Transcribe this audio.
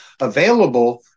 available